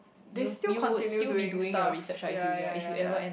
they still continue doing stuff ya ya ya ya